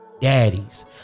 daddies